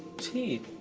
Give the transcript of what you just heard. tea.